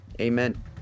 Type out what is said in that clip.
Amen